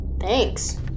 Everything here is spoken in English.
Thanks